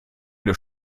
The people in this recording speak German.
des